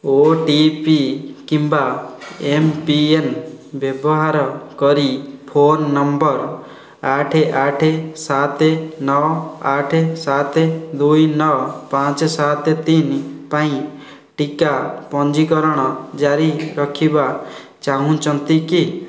ଓ T P କିମ୍ବା M PIN ବ୍ୟବହାର କରି ଫୋନ୍ ନମ୍ବର୍ ଆଠ ଆଠ ସାତ ନଅ ଆଠ ସାତ ଦୁଇ ନଅ ପାଞ୍ଚ ସାତ ତିନି ପାଇଁ ଟିକା ପଞ୍ଜୀକରଣ ଜାରି ରଖିବା ଚାହୁଁଛନ୍ତି କି